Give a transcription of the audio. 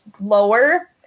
lower